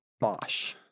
Bosch